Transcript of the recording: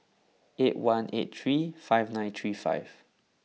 eight one eight three five nine three five